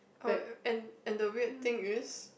oh and and the weird thing is